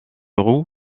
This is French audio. roux